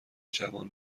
جوان